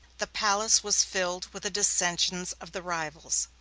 the palace was filled with the dissensions of the rivals.